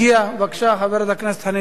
בבקשה, חברת הכנסת חנין זועבי.